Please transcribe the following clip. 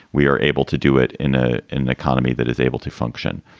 we are able to do it in a an economy that is able to function.